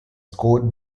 scored